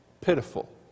pitiful